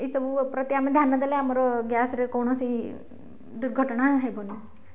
ଏଇସବୁ ପ୍ରତି ଆମେ ଧ୍ୟାନଦେଲେ ଆମର ଗ୍ୟାସ୍ ରେ କୌଣସି ଦୁର୍ଘଟଣା ହେବନାହିଁ